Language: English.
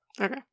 Okay